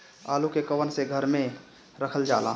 आलू के कवन से घर मे रखल जाला?